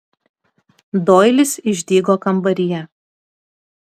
doilis išdygo kambaryje